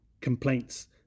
complaints